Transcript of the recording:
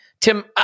Tim